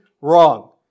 wrong